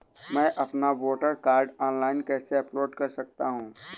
मैं अपना voter card online कैसे अपलोड कर सकता हूँ?